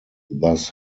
thus